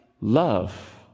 love